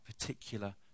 particular